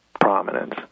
prominence